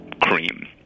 cream